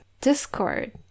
Discord